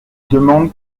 demande